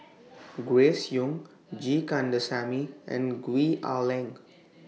Grace Young G Kandasamy and Gwee Ah Leng